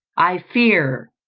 i fear,